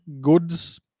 goods